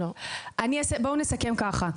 בואו נסכם ככה: